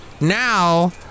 Now